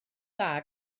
dda